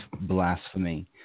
blasphemy